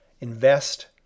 invest